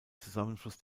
zusammenfluss